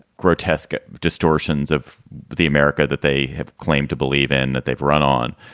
grotesque distortions of the america that they have claimed to believe in that they've run on,